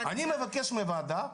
אני מבקש מהוועדה,